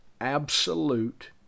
absolute